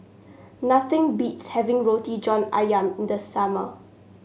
nothing beats having Roti John ayam in the summer